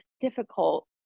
difficult